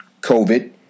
COVID